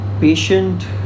patient